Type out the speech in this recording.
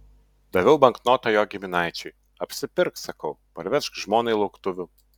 daviau banknotą jo giminaičiui apsipirk sakau parvežk žmonai lauktuvių